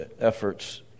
efforts